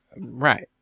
right